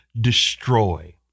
destroy